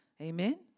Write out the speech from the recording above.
Amen